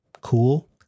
cool